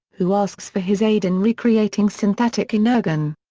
who asks for his aid in recreating synthetic energon.